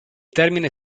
termine